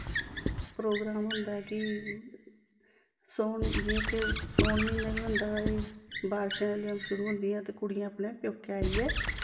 programme होंदा ऐ कि सौन जि'यां कि सौन म्हीने बी होंदा एह् बारशां जेल्लै शुरू होंदियां ते कुड़ियां अपने प्योकै आइयै